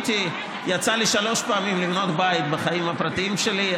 יצא לי שלוש פעמים לבנות בית בחיים הפרטיים שלי.